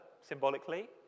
symbolically